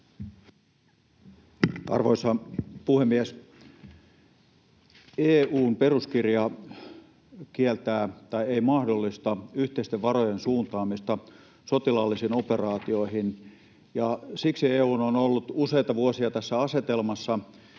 Arvoisa puhemies! EU:n peruskirja ei mahdollista yhteisten varojen suuntaamista sotilaallisiin operaatioihin, ja siksi EU on ollut useita vuosia tässä asetelmassa,